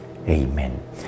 Amen